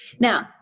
Now